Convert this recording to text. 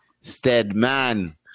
Steadman